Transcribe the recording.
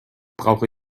brauche